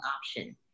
option